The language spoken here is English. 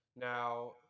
Now